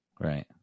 Right